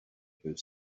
her